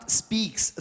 speaks